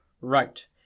Right